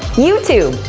youtube.